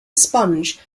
sponge